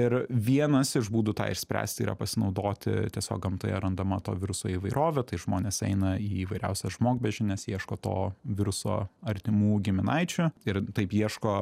ir vienas iš būdų tą išspręsti yra pasinaudoti tiesiog gamtoje randama to viruso įvairovė tai žmonės eina į įvairiausias žmogbeždžiones ieško to viruso artimų giminaičių ir taip ieško